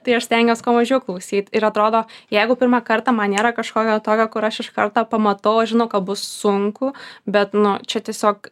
tai aš stengiuos kuo mažiau klausyt ir atrodo jeigu pirmą kartą man nėra kažkokio tokio kur aš iš karto pamatau aš žinau ka bus sunku bet nu čia tiesiog